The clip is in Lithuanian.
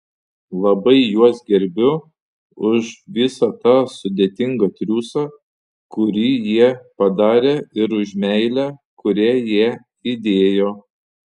labai juos gerbiu už visą tą sudėtingą triūsą kurį jie padarė ir už meilę kurią jie įdėjo